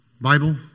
Bible